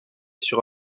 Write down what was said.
sur